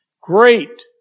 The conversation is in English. Great